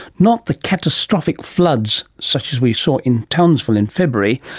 not the catastrophic floods such as we saw in townsville in february,